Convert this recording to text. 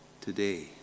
today